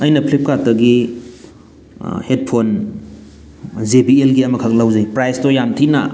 ꯑꯩꯅ ꯐ꯭ꯂꯤꯞꯀꯥꯔꯠꯇꯒꯤ headphone J B ꯑꯦꯜꯒꯤ ꯑꯃꯈꯛ ꯂꯧꯖꯩ ꯄ꯭ꯔꯥꯏꯖꯇꯣ ꯌꯥꯝ ꯊꯤꯅ